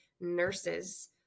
nurses